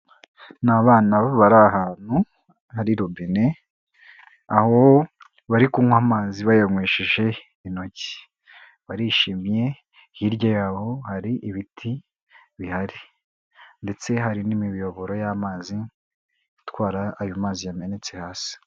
Ni abana bari ahantu hari robine aho bari kunywa amazi bayanywesheje intoki, barishimye hirya yaho hari ibiti bihari ndetse hari n'imiyoboro y'amazi itwara ayo mazi yamenetse hasi.